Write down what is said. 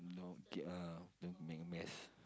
know okay ah don't make a mess